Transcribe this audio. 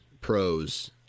pros